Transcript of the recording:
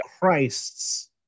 Christs